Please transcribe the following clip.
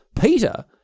Peter